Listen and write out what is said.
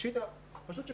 פשיטא, פשוט שכך.